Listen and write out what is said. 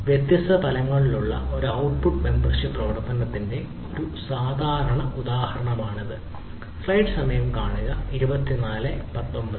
വ്യത്യസ്ത തലങ്ങളിലുള്ള ഒരു ഔട്ട്പുട്ട് മെമ്പർഷിപ് പ്രവർത്തനത്തിന്റെ ഒരു സാധാരണ ഉദാഹരണമാണിത്